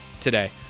today